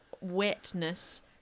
wetness